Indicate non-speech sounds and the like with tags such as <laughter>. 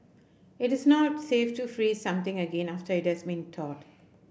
it is not safe to freeze something again after it has <unintelligible> thawed